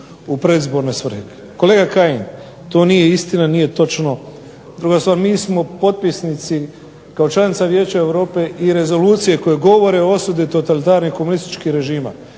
u predizborne svrhe. Kolega Kajin, to nije istina, nije točno. Druga stvar mi smo potpisnici kao članica Vijeća Europe i rezolucije koje govore o osudi totalitarnih komunističkih režima.